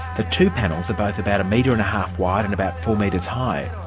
the two panels are both about a metre and a half wide and about four metres high.